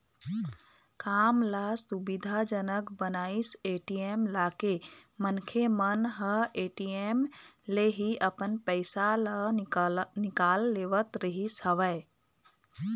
काम ल सुबिधा जनक बनाइस ए.टी.एम लाके मनखे मन ह ए.टी.एम ले ही अपन पइसा ल निकाल लेवत रिहिस हवय